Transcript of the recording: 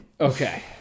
okay